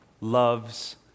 loves